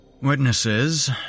Witnesses